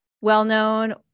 well-known